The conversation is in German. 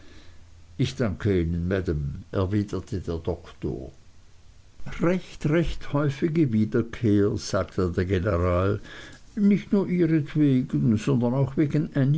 ich danke ihnen maam erwiderte der doktor recht recht recht häufige wiederkehr sagte der general nicht nur ihretwegen sondern auch wegen